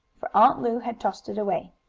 for aunt lu had tossed it away.